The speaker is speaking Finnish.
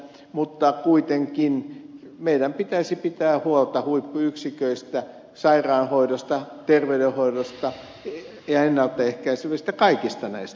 mutta kuitenkin meidän pitäisi pitää huolta huippuyksiköistä sairaanhoidosta terveydenhoidosta ja ennaltaehkäisevistä tahoista kaikista näistä